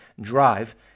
drive